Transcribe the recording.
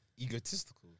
egotistical